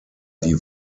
die